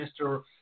Mr